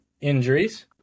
injuries